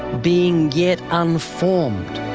being yet unformed.